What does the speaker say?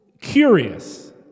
curious